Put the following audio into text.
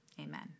amen